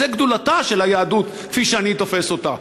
בזה גדולתה של היהדות כפי שאני תופס אותה.